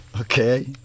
Okay